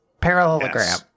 Parallelogram